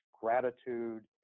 gratitude